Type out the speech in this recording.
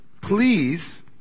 please